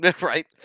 Right